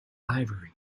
ivory